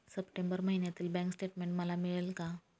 September महिन्यातील bank statement मला मिळेल का?